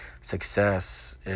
success